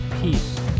peace